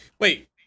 Wait